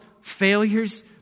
failures